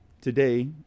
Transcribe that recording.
today